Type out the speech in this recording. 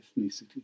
ethnicity